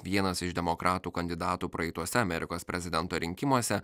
vienas iš demokratų kandidatų praeituose amerikos prezidento rinkimuose